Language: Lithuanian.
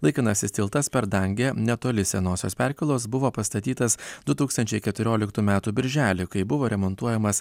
laikinasis tiltas per dangę netoli senosios perkėlos buvo pastatytas du tūkstančiai keturioliktų metų birželį kai buvo remontuojamas